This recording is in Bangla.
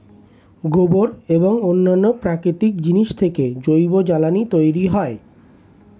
গোবর এবং অন্যান্য প্রাকৃতিক জিনিস থেকে জৈব জ্বালানি তৈরি হয়